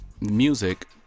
music